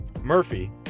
Murphy